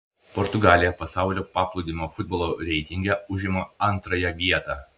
portugalija pasaulio paplūdimio futbolo reitinge užima antrąją vietą